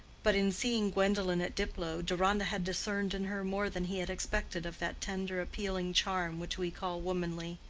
but in seeing gwendolen at diplow, deronda had discerned in her more than he had expected of that tender appealing charm which we call womanly.